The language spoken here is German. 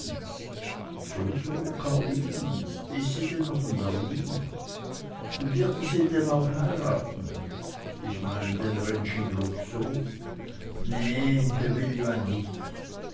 so so karlinens is sie denn noch in berlin und wird er sie denn heiraten ich meine den rentsch in globsow ne he